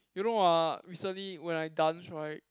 you know ah recently when I dance right